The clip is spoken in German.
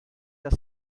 das